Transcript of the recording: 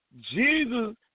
Jesus